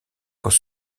quand